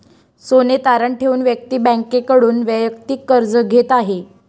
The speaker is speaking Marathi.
सोने तारण ठेवून व्यक्ती बँकेकडून वैयक्तिक कर्ज घेत आहे